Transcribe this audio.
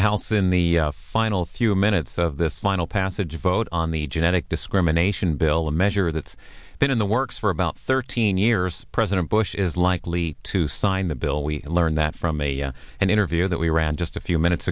house in the final few minutes of this final passage vote on the genetic discrimination bill a measure that's been in the works for about thirteen years president bush is likely to sign the bill we learn that from a an interview that we ran just a few minutes